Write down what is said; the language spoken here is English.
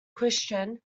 christian